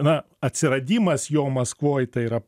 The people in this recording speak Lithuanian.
na atsiradimas jo maskvoj tai yra